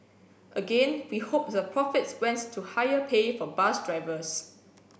again we hope the profits went to higher pay for bus drivers